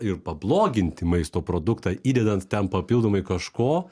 ir pabloginti maisto produktą įdedant ten papildomai kažko